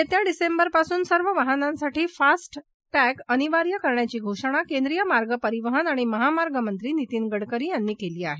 येत्या डिसेंबरपासू सर्व वाहनांसाठी फास्ट टॅग अनिवार्य करण्याची घोषणा केंद्रिय मार्ग परिवहन आणि महामार्गमंत्री नितीन गडकरी यांनी केली आहे